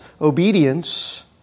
obedience